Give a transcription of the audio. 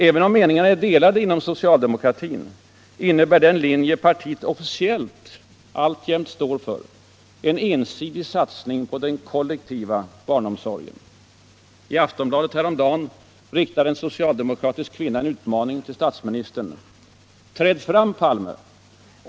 Även om meningarna är delade inom socialdemokratin, innebär den linje partiet officiellt alltjämt står för en ensidig satsning på den strikt kollektiva barnomsorgen. I Aftonbladet häromdagen riktade en socialdemokratisk kvinna en maning till statsministern: ”Träd fram, Palme!